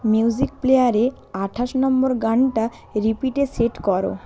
music প্লেয়ারে আঠাশ নম্বর গানটা রিপিটে সেট করো